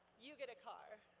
you get a car.